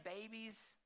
babies